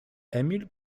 emil